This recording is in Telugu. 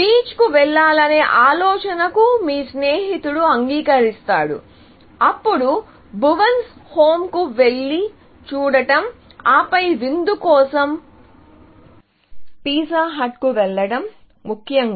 బీచ్కు వెళ్లాలనే ఆలోచనకు మీ స్నేహితుడు అంగీకరిస్తాడు అప్పుడు భువన్స్ హోమ్కి వెళ్లి చూడటం ఆపై విందు కోసం పిజ్జా హట్కు వెళ్లడం ముఖ్యంగా